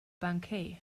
banquet